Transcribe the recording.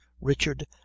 richard